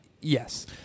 Yes